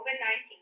COVID-19